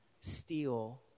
steal